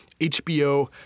HBO